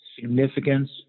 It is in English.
significance